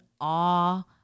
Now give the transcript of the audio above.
awe